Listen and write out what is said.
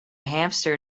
hamster